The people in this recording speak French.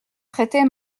traitait